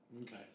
Okay